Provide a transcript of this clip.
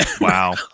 Wow